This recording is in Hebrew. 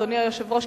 אדוני היושב-ראש,